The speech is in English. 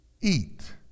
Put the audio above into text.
eat